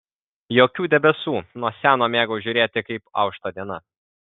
jokių debesų nuo seno mėgau žiūrėti kaip aušta diena